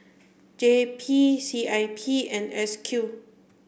J P C I P and S Q